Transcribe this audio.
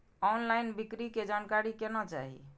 Online बिक्री के जानकारी केना चाही?